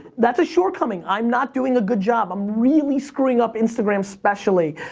that's a shortcoming, i'm not doing a good job. i'm really screwing up instagram, specially.